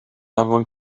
anfon